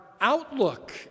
outlook